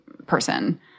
Person